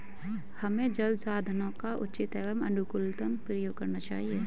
हमें जल संसाधनों का उचित एवं अनुकूलतम प्रयोग करना चाहिए